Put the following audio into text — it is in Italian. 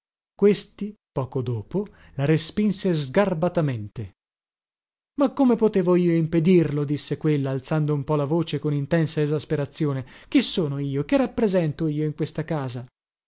questi poco dopo la respinse sgarbatamente ma come potevo io impedirlo disse quella alzando un po la voce con intensa esasperazione chi sono io che rappresento io in questa casa